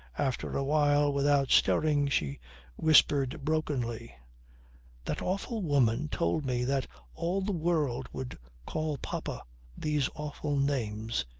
after a while, without stirring, she whispered brokenly that awful woman told me that all the world would call papa these awful names.